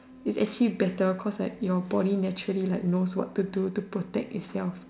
is actually better cause like your body naturally like knows what to do to protect itself